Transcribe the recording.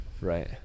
right